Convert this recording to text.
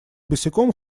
босиком